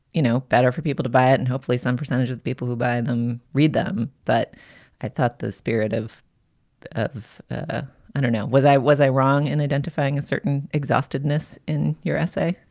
you know, better for people to buy it. and hopefully some percentage of the people who buy them read them. but i thought the spirit of of ah i don't know, was i was i wrong in identifying a certain exhausted ness in your essay?